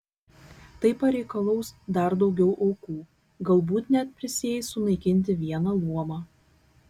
tai pareikalaus dar daugiau aukų galbūt net prisieis sunaikinti vieną luomą